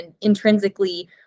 intrinsically